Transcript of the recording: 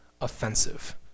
offensive